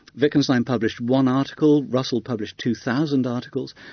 wittgenstein published one article russell published two thousand articles.